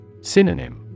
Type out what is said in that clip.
Synonym